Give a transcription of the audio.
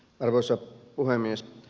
arvoisa puhemies